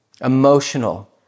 emotional